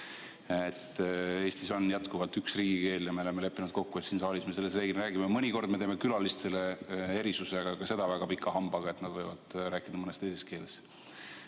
Eestis on üks riigikeel ja me oleme leppinud kokku, et siin saalis me selles keeles räägime. Mõnikord me teeme külalistele erisuse, aga ka seda väga pika hambaga, et nad võivad rääkida mõnes teises keeles. Aga